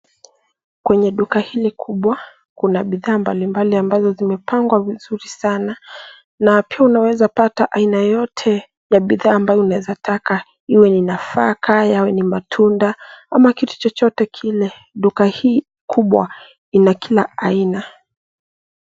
Kwenye duka hili kubwa, kuna bidhaa mbalimbali ambazo zimepangwa vizuri sana na pia unaweza pata aina yoyote ya bidhaa ambao unaweza taka, iwe ni nafaka, yawe ni matunda ama kitu chochote kile. Duka hii kubwa ina kila aina.